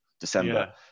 december